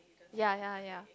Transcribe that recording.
ya ya ya